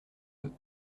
deux